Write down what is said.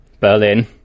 Berlin